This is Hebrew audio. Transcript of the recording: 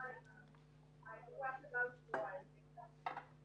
אני רוצה בקצרה להגיד שראשית אני